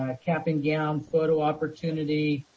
ah cap and gown photo opportunity,